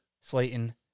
Slayton